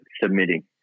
submitting